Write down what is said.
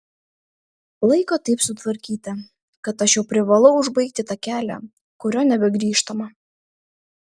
laiko taip sutvarkyta kad aš jau privalau užbaigti tą kelią kuriuo nebegrįžtama